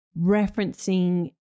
referencing